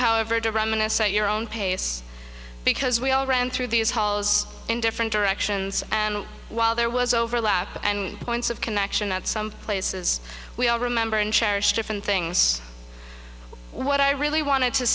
however to run menace at your own pace because we all ran through these halls in different directions and while there was overlap and points of connection at some places we all remember and cherish different things what i really wanted to